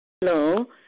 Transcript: Hello